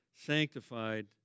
sanctified